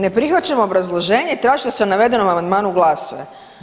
Ne prihvaćam obrazloženje i tražit ću da se o navedenom amandmanu glasuje.